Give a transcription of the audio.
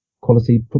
quality